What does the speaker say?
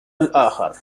الآخر